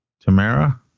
Tamara